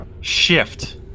shift